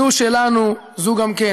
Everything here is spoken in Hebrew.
זו שלנו, זו גם כן".